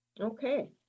Okay